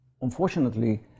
Unfortunately